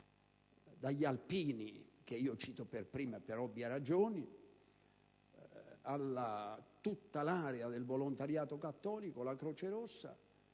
dagli Alpini, che cito per primi per ovvie ragioni, all'area del volontariato cattolico - la Croce rossa